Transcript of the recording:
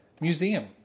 museum